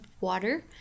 water